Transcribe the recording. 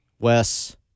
Wes